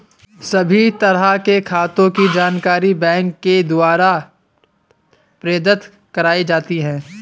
सभी तरह के खातों के जानकारी बैंक के द्वारा प्रदत्त कराई जाती है